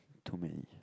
too many